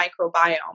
microbiome